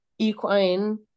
equine